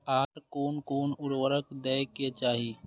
आर कोन कोन उर्वरक दै के चाही?